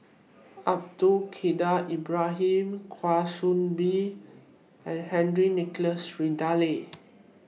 Abdul Kadir Ibrahim Kwa Soon Bee and Henry Nicholas Ridley